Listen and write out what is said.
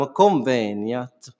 conveniat